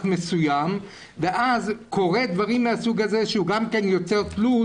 מסוים ואז קורים דברים מהסוג הזה שהוא גם יוצר תלות